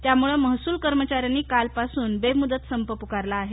त्यामुळे महसूल कर्मचाऱ्यांनी काल पासून बेमुदत संप पुकारला आहे